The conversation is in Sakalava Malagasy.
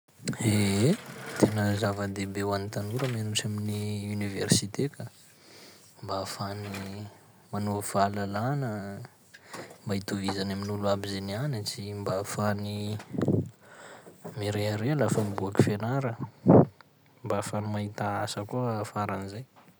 Ie, tena zava-dehibe ho an'ny tanora mianatra amin'ny université ka, mba ahafahany manovo fahalalana an, mba hitovizany amin'olo jiaby zay nianatsy, mba ahafahany mirehareha lafa miboaky fianara, mba afahany mahita asa koa afaran'izay.